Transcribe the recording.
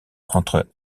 entre